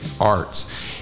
Arts